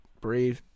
breathe